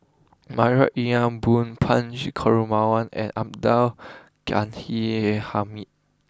Marie Ethel Bong Punch and Abdul Ghani Hamid